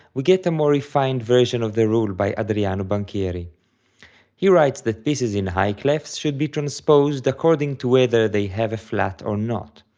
we get a more refined version of the rule by adriano banchieri he writes that pieces in high clefs should be transposed according to whether they have a flat or not.